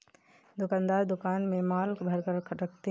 दुकानदार दुकान में माल भरकर रखते है